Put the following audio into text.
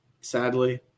sadly